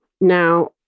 Now